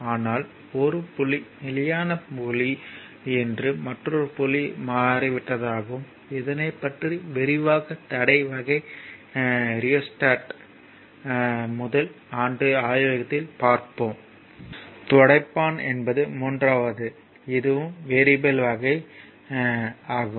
ஆனால் ஒரு புள்ளி நிலையான புள்ளி என்றும் மற்றொரு புள்ளி மாறிவிட்டதாகவும் இதனை பற்றி விரிவாக தடை வகை ரியோஸ்டட்யை முதல் ஆண்டு ஆய்வகத்தில் பார்ப்போம் துடைப்பான் என்பது மூன்றாவது இதுவும் வேரியபிள் வகை ஆகும்